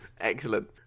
Excellent